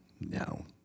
no